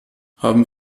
haben